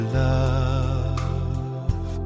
love